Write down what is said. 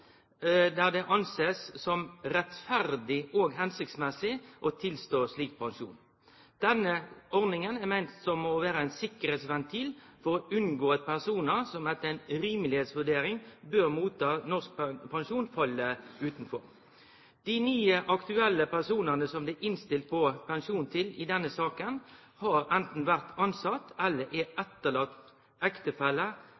der ein ser det som «rettferdig og hensiktsmessig» å tilstå slik pensjon. Denne ordninga er meint å vere ein sikkerheitsventil, for å unngå at personar som etter ei «rimelighetsvurdering» bør motta norsk pensjon, fell utanfor. Dei ni aktuelle personane som det er innstilt på pensjon til i denne saka, har anten vore tilsette eller